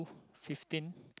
fifteen